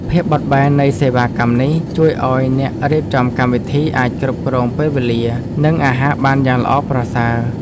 ភាពបត់បែននៃសេវាកម្មនេះជួយឱ្យអ្នករៀបចំកម្មវិធីអាចគ្រប់គ្រងពេលវេលា និងអាហារបានយ៉ាងល្អប្រសើរ។